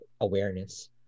awareness